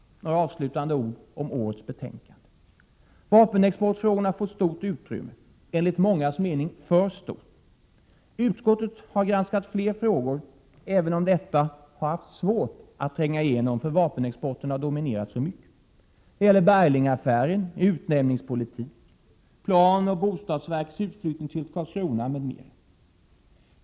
Några avslutande ord om årets granskningsbetänkande. Vapenexportfrågorna har fått stort utrymme, enligt mångas mening för stort. Utskottet har granskat fler frågor, även om detta har haft svårt att tränga igenom för vapenexporten har dominerat. Det gäller Berglingaffären, utnämningspolitiken, planoch bostadsverkets utflyttning till Karlskrona m.m.